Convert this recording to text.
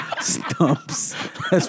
Stumps